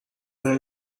هند